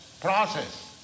process